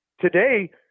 today